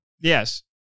Yes